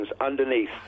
underneath